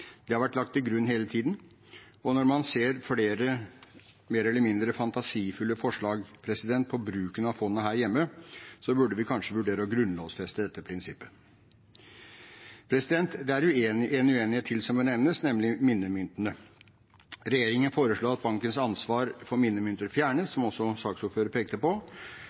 Det har vært lagt til grunn hele tiden. Når man ser flere mer eller mindre fantasifulle forslag om bruken av fondet her hjemme, burde vi kanskje vurdere å grunnlovfeste dette prinsippet. Det er en uenighet til som bør nevnes, nemlig minnemyntene. Regjeringen foreslår at bankens ansvar for minnemyntene fjernes, som også saksordføreren pekte på.